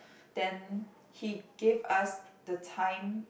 then he gave us the time